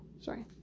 Sorry